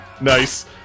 nice